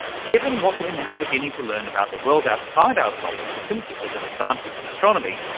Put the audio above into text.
given what we're now beginning to learn about the world outside our solar system because of advances in astronomy,